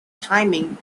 timing